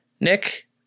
Nick